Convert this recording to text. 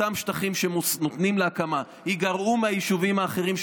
אותם שטחים שנותנים להקמה ייגרעו מהיישובים האחרים,